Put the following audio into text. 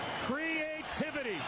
Creativity